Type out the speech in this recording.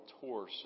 tour